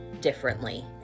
differently